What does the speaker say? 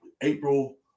April